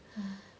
!hais!